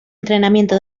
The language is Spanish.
entrenamiento